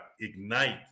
ignite